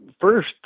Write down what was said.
first